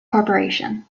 corporation